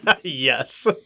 Yes